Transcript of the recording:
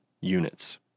units